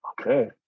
Okay